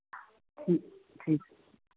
ठीक ठीक